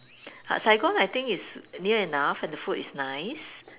Saigon I think is near enough and the food is nice